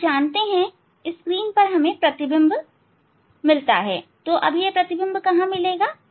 आप जानते हैं स्क्रीन पर हमें प्रतिबिंब रेटिना पर मिलता है